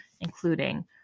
including